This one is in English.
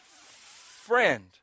friend